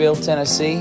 Tennessee